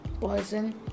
poison